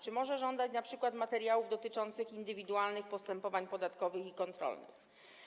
Czy może żądać np. materiałów dotyczących indywidualnych postępowań podatkowych i kontrolnych?